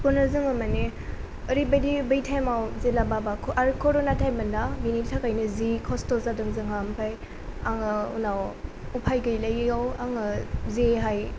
बेखौनो जोङो माने ओरैबायदि बै टाइमाव जेब्ला बाबाखौ आरो कर'ना टाइममोनना बिनि थाखायनो जि खस्थ' जादों जोंहा ओमफ्राय आङो उनाव उफाय गैलायैयाव आङो जेहाय